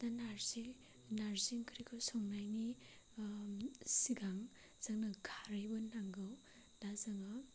दा नारजि नारजि ओंख्रिखौ संनायनि सिगां जोंनो खारैबो नांगौ दा जोङो